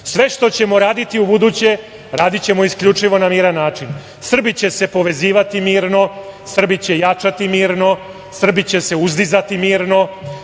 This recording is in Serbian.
Sve što ćemo raditi ubuduće, radićemo isključivo na miran način. Srbi će se povezivati mirno, Srbi će jačati mirno, Srbi će se uzdizati mirno.